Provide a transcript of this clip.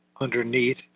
underneath